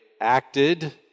acted